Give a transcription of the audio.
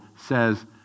says